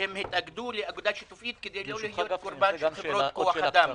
שהתאגדו לאגודה שיתופית כדי לא להיות קורבן של חברות כוח אדם,